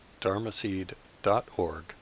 dharmaseed.org